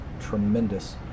tremendous